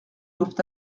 doivent